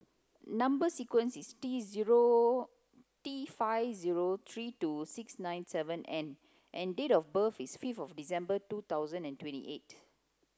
number sequence is T zero T five zero three two six nine seven N and date of birth is fifth of December two thousand and twenty eight